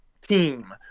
team